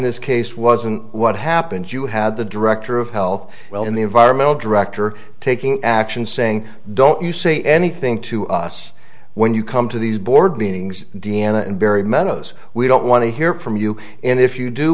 this case wasn't what happened you had the director of health well in the environmental director taking action saying don't you say anything to us when you come to these board meetings d m and barry meadows we don't want to hear from you and if you do